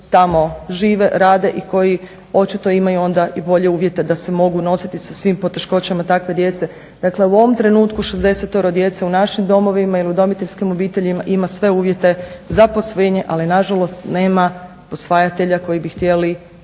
koji tamo žive, rade i koji očito imaju onda i bolje uvjete da se mogu nositi sa svim poteškoćama takve djece. Dakle, u ovom trenutku 60-toro djece u našim domovima ili udomiteljskim obiteljima ima sve uvjete za posvojenje, ali na žalost nema posvajatelja koji bi htjeli tu